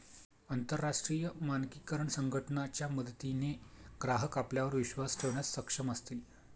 अंतरराष्ट्रीय मानकीकरण संघटना च्या मदतीने ग्राहक आपल्यावर विश्वास ठेवण्यास सक्षम असतील